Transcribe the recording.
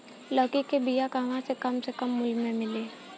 लौकी के बिया कहवा से कम से कम मूल्य मे मिली?